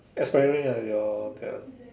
expiring ah ya your te~